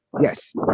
Yes